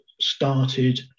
started